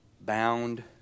bound